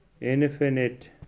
infinite